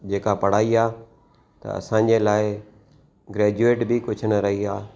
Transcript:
जेका पढ़ाई आहे त असांजे लाइ ग्रेजुएट बि कुझु न रही आहे